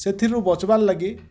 ସେଥିରୁ ବଞ୍ଚିବାର ଲାଗି